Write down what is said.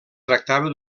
tractava